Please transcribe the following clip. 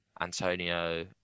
Antonio